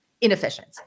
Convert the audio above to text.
inefficient